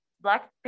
Black